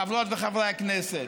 חברות וחברי הכנסת,